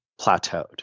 plateaued